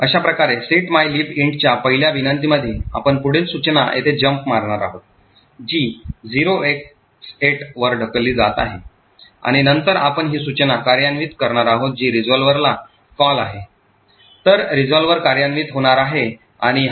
अशाप्रकारे set mylib int च्या पहिल्या विनंतीमध्ये आपण पुढील सूचना येथे jump मारणार आहोत जी 0x8 वर ढकलली जात आहे आणि नंतर आपण ही सूचना कार्यान्वित करणार आहोत जी रिझॉल्व्हरला कॉल आहे तर रिझॉल्व्हर कार्यान्वित होणार आहे आणि आहे